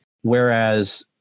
Whereas